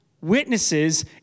witnesses